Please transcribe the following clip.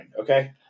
okay